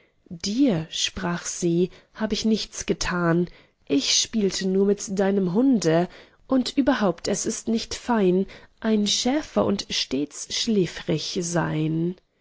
dir sprach sie hab ich nichts getan ich spielte nur mit deinem hunde und überhaupt es steht nicht fein ein schäfer und stets schläfrig sein